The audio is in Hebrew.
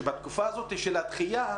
שבתקופה הזאת של הדחייה,